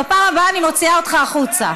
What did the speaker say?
בפעם הבאה אני מוציאה אותך החוצה.